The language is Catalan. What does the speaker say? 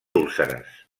úlceres